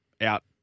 out